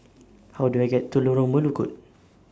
How Do I get to Lorong Melukut